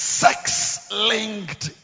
sex-linked